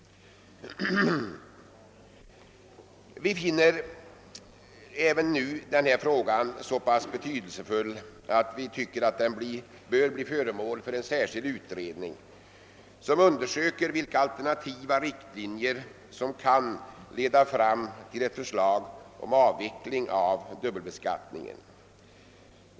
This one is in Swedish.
Vi finner även nu denna fråga så betydelsefull att vi tycker att den bör bli föremål för en särskild utredning, som undersöker vilka alternativa riktlinjer som kan leda fram till ett förslag om avveckling av =: dubbelbeskattningen.